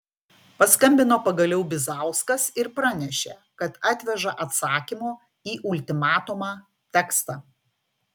paskambino pagaliau bizauskas ir pranešė kad atveža atsakymo į ultimatumą tekstą